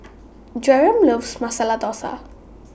Jereme loves Masala Dosa